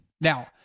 Now